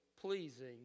pleasing